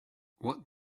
what